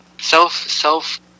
Self-self-